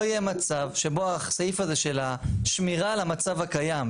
יהיה מצב שבו הסעיף הזה של השמירה על המצב הקיים,